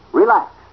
Relax